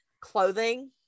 clothing